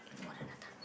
orang datang